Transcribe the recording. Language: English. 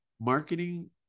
Marketing